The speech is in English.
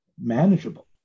manageable